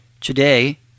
Today